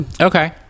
Okay